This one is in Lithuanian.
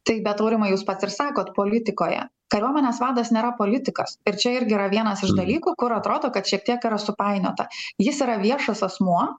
tai bet aurimai jūs pats ir sakot politikoje kariuomenės vadas nėra politikas ir čia irgi yra vienas iš dalykų kur atrodo kad šiek tiek yra supainiota jis yra viešas asmuo